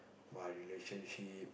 my relationship